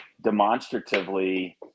demonstratively